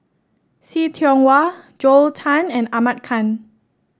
See Tiong Wah Joel Tan and Ahmad Khan